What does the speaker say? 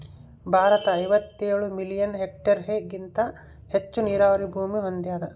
ಭಾರತ ಐವತ್ತೇಳು ಮಿಲಿಯನ್ ಹೆಕ್ಟೇರ್ಹೆಗಿಂತ ಹೆಚ್ಚು ನೀರಾವರಿ ಭೂಮಿ ಹೊಂದ್ಯಾದ